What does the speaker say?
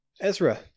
Ezra